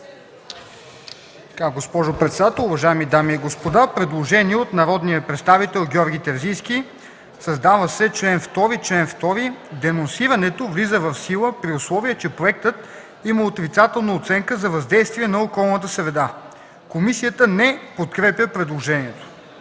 Комисията не подкрепя предложението.